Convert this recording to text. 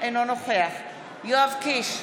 אינו נוכח יואב קיש,